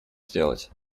сделать